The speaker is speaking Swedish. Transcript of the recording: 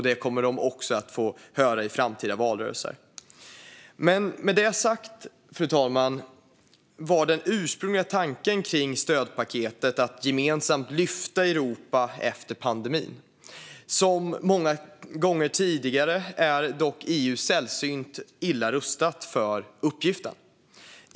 Det kommer de också att få höra i framtida valrörelser. Men med det sagt, fru talman, ska jag säga att den ursprungliga tanken med stödpaketet var att man gemensamt skulle lyfta Europa efter pandemin. Som många gånger tidigare är dock EU sällsynt illa rustat för uppgiften.